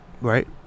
Right